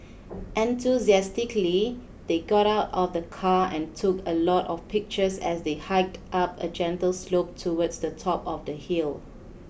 enthusiastically they got out of the car and took a lot of pictures as they hiked up a gentle slope towards the top of the hill